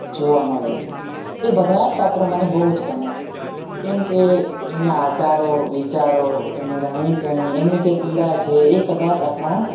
જોવા મળે છે એ બધા જ પાત્રો મને બહુ જ ગમે છે કેમ કે એમના આચારો વિચારો એમની રહેણીકહેણી એમની જે પીડા છે એ કદાચ આપણા